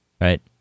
right